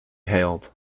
hailed